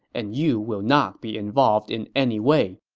and you will not be involved in any way.